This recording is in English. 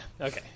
Okay